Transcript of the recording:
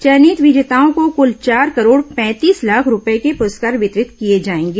चयनित विजेताओं को कुल चार करोड़ पैंतीस लाख रूपए के पुरस्कार वितरित किए जाएंगे